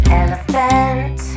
elephant